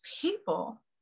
people